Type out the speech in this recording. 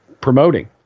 promoting